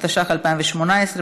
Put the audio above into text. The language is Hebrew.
התשע"ח 2018,